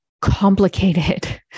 complicated